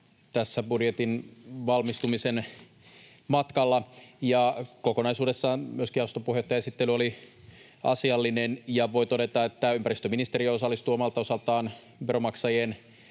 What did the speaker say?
tässä budjetin valmistumisen matkalla, ja kokonaisuudessaan myöskin jaoston puheenjohtajan esittely oli asiallinen. Ja voi todeta, että ympäristöministeriö osallistuu omalta osaltaan veronmaksajien